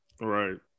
Right